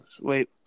Wait